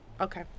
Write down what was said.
okay